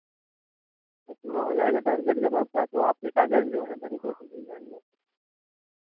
जब पूरा हो जाएगा टारगेट जब आपका तो आपके काग़ज जो है बनके फिर मिल जाएँगे